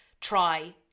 try